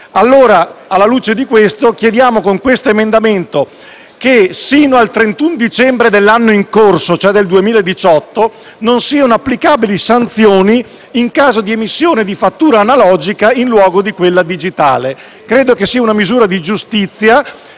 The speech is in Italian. Alla luce di questo, chiediamo con questo emendamento che fino al 31 dicembre dell'anno in corso (2018) non siano applicabili sanzioni in caso di emissione di fattura analogica in luogo di quella digitale. Credo sia una misura di giustizia